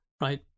right